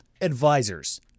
advisors